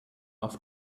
auf